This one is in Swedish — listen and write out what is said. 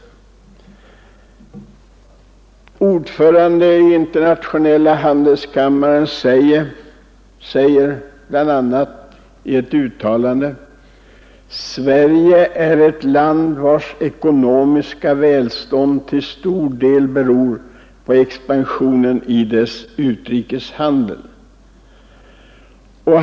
Ordföranden i internationella handelskammaren säger bl.a. i ett uttalande, att Sverige är ett land vars ekonomiska välstånd till stor del beror på expansionen i dess utrikeshandel.